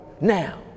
now